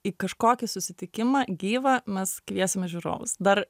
į kažkokį susitikimą gyvą mes kviesime žiūrovus dar